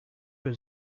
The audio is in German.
für